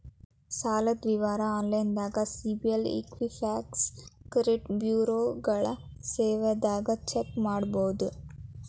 ಸಾಲದ್ ವಿವರ ಆನ್ಲೈನ್ಯಾಗ ಸಿಬಿಲ್ ಇಕ್ವಿಫ್ಯಾಕ್ಸ್ ಕ್ರೆಡಿಟ್ ಬ್ಯುರೋಗಳ ಸೇವೆದಾಗ ಚೆಕ್ ಮಾಡಬೋದು